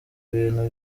ibintu